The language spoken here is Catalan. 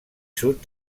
sud